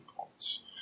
points